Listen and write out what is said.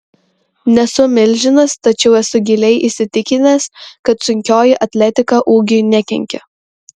nesu milžinas tačiau esu giliai įsitikinęs kad sunkioji atletika ūgiui nekenkia